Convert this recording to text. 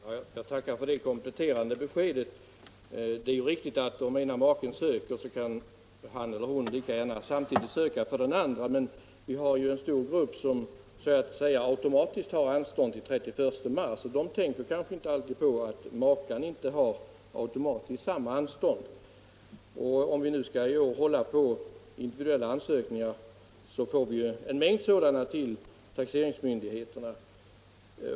Herr talman! Jag tackar för det kompletterande beskedet. Det är riktigt att om den ena maken ansöker om anstånd kan han eller hon lika gärna samtidigt söka för den andra. Men vi har en stor grupp deklarationsskyldiga som automatiskt har anstånd till den 31 mars, och dessa tänker kanske inte alltid på att maken inte automatiskt har samma anstånd. Om vi nu skall hålla fast vid individuella ansökningar får vi ju en mängd sådana till taxeringsmyndigheterna.